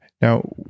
Now